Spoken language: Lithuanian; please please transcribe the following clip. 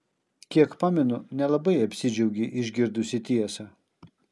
kiek pamenu nelabai apsidžiaugei išgirdusi tiesą